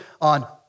on